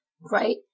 right